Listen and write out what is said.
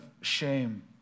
shame